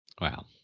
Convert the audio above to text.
Wow